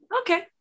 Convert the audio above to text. okay